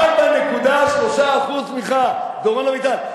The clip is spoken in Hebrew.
4.3% צמיחה, דורון אביטל.